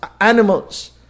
animals